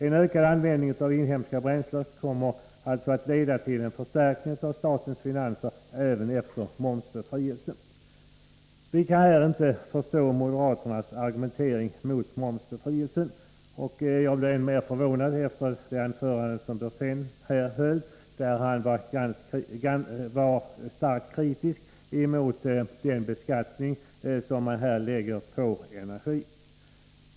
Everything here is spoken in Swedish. En ökad användning av inhemska bränslen kommer alltså att leda till en förstärkning av statens finanser även efter momsbefrielsen. Vi kan inte förstå moderaternas argumentering mot momsbefrielse. Jag blev ännu mer förvånad efter Karl Björzéns anförande, där han var starkt kritisk mot den beskattning som föreslås läggas på energin.